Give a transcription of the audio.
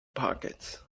pockets